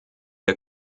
der